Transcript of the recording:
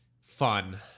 fun